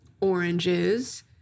oranges